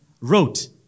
wrote